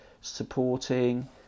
supporting